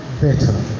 better